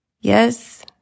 Yes